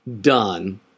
done